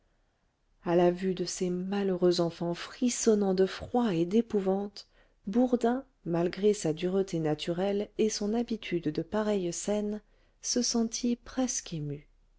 à la vue de ces malheureux enfants frissonnant de froid et d'épouvante bourdin malgré sa dureté naturelle et son habitude de pareilles scènes se sentit presque ému